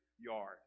yard